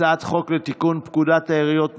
הצעת חוק לתיקון פקודת העיריות (מס'